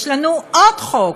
יש לנו עוד חוק,